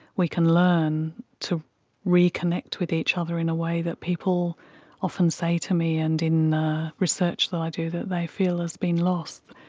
we can learn to reconnect with each other in a way that people often say to me and in research that i do that they feel has been lost,